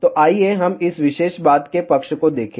तो आइए हम इस विशेष बात के पक्ष को देखें